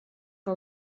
que